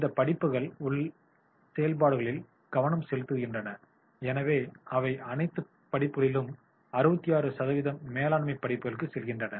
இந்த படிப்புகள் உள் செயல்பாடுகளில் கவனம் செலுத்துகின்றன எனவே அவை அனைத்து படிப்புகளிலும் 66 சதவீதம் மேலாண்மை படிப்புகளுக்கு செல்கின்றன